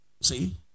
See